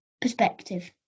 perspective